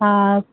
हा